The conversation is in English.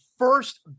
first